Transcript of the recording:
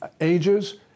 ages